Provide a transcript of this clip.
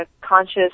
conscious